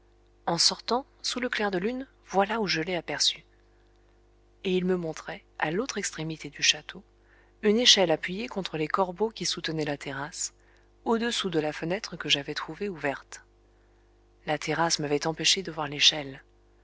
en sortant sous le clair de lune voilà où je l'ai aperçue et il me montrait à l'autre extrémité du château une échelle appuyée contre les corbeaux qui soutenaient la terrasse au-dessous de la fenêtre que j'avais trouvée ouverte la terrasse m'avait empêché de voir l'échelle